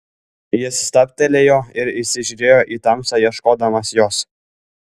jis stabtelėjo ir įsižiūrėjo į tamsą ieškodamas jos